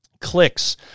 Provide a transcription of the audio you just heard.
Clicks